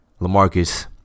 LaMarcus